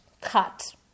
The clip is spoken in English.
cut